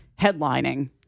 headlining